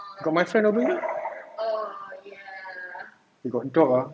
got my friend over here eh got dog ah